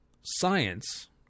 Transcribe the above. science